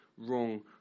wrong